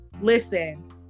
listen